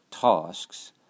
tasks